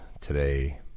today